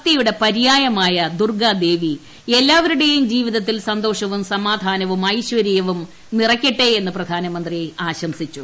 ശക്തിയുടെ പര്യായമായ ദുർഗ്ഗാദേവി എല്ലാവരുടെയും ജീവിത്തിൽ സന്തോഷവും സമാധാനവും ഐശ്വരൃവും നിറക്കട്ടെയെന്ന് പ്രധാമന്ത്രി ആശംസിച്ചു